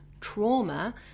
trauma